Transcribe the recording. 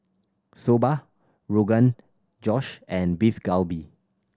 Soba Rogan Josh and Beef Galbi